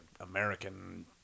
American